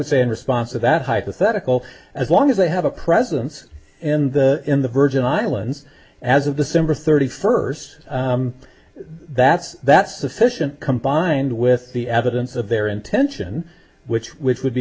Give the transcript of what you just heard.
would say in response to that hypothetical as long as they have a presence in the in the virgin islands as of the similar thirty first that's that's sufficient combined with the evidence of their intention which which would